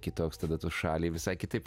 kitoks tada tu šalį visai kitaip